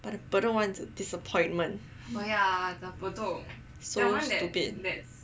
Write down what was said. but Bedok one is a disappointment